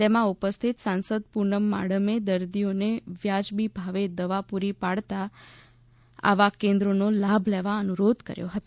તેમાં ઉપસ્થિત સાંસદ પૂનમ માડમે દર્દીઓને વ્યાજબી ભાવે દવા પૂરી પાડતાં આવાં કેન્દ્રોનો લાભ લેવા અનુરોધ કર્યો હતો